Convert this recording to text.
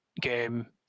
game